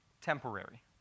temporary